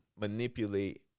manipulate